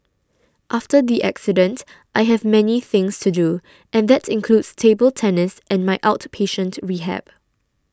after the accident I have many things to do and that includes table tennis and my outpatient rehab